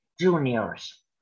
juniors